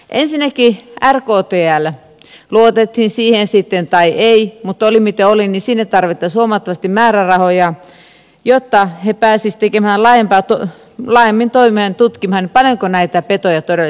ensinnäkin rktlään luotettiin siihen sitten tai ei mutta oli miten oli tarvittaisiin huomattavasti määrärahoja jotta he pääsisivät laajemmin tutkimaan paljonko näitä petoja todellisuudessa on